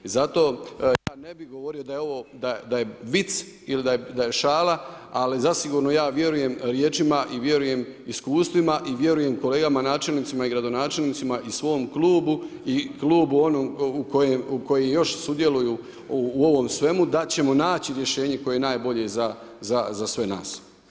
I zato ja ne bi govorio da je ovo vic ili da je šala ali zasigurno ja vjerujem riječima i vjerujem iskustvima i vjerujem kolegama načelnicima i gradonačelnicima i svom klubu i klubu onom u koji još sudjeluje u ovom svemu da ćemo naći rješenje koje je najbolje za sve nas.